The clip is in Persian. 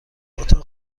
اتاق